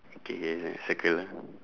okay K then circle ah